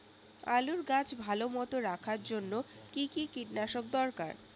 আলুর গাছ ভালো মতো রাখার জন্য কী কী কীটনাশক দরকার?